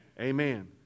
Amen